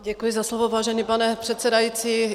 Děkuji za slovo, vážený pane předsedající.